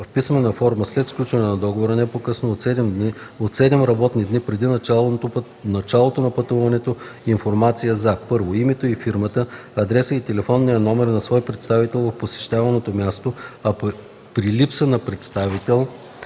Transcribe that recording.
в писмена форма след сключването на договора, но не по-късно от 7 работни дни преди началото на пътуването, информация за: 1. името и фирмата, адреса и телефонния номер на свой представител в посещаваното място, а при липса на представител